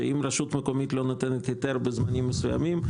שאם רשות מקומית לא נותנת יותר בזמנים מסוימים,